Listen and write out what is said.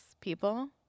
people